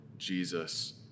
Jesus